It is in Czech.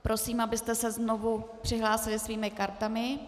Prosím, abyste se znovu přihlásili svými kartami.